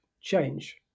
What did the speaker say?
change